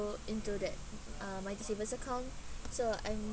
into that uh mighty savers account so I'm